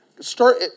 Start